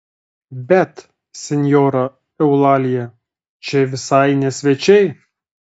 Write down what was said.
bet senjora eulalija čia visai ne svečiai